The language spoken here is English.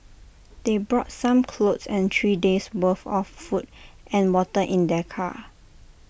they brought some clothes and three days' worth of food and water in their car